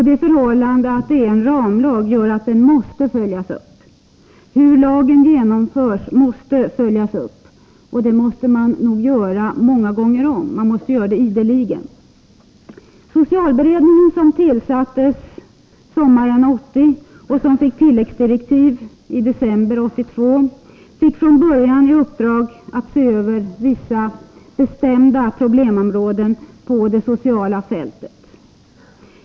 Det förhållandet att det är en ramlag gör att den måste följas upp. Man måste följa upp hur lagen genomförs, och det måste nog göras många gånger om, ideligen. Socialberedningen, som tillsattes sommaren 1980 och som fick tilläggsdirektiv i december 1982, fick från början i uppdrag att se över vissa bestämda problemområden på det sociala fältet.